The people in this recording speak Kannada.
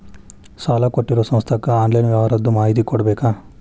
ಸಾಲಾ ಕೊಟ್ಟಿರೋ ಸಂಸ್ಥಾಕ್ಕೆ ಆನ್ಲೈನ್ ವ್ಯವಹಾರದ್ದು ಮಾಹಿತಿ ಕೊಡಬೇಕಾ?